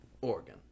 Oregon